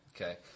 Okay